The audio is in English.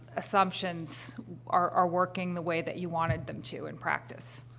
assumptions are are working the way that you wanted them to in practice.